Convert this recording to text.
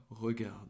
regarde